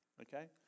Okay